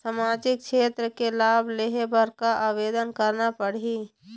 सामाजिक क्षेत्र के लाभ लेहे बर का आवेदन करना पड़ही?